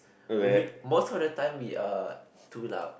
we most of the time we are too loud